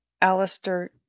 Alistair